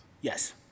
Yes